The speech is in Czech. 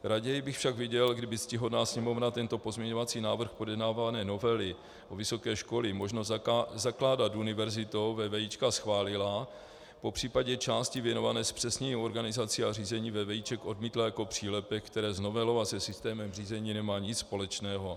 Raději bych však viděl, kdyby ctihodná Sněmovna tento pozměňovací návrh projednávané novely o vysokých školách, možnost zakládat univerzitou vévéíčka, schválila, popřípadě části věnované zpřesněním organizací a řízení vévéíček odmítla jako přílepek, který s novelou a se systémem řízení nemá nic společného.